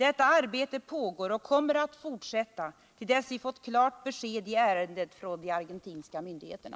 Detta arbete pågår och kommer att fortsätta till dess vi fått klart besked i ärendet från de argentinska myndigheterna.